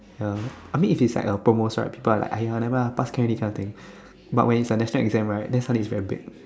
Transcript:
ya I mean if is like a promos right people are like !aiya! never mind ah pass can already kind of thing but when is a national exam right then suddenly it's very big